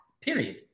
period